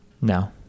No